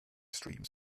streams